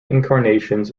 incarnations